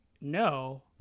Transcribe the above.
no